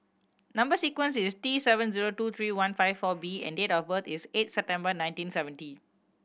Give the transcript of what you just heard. number sequence is T seven zero two three one five four B and date of birth is eight September nineteen seventy